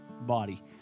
body